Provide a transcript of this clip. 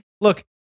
Look